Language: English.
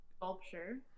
sculpture